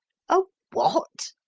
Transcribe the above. a what?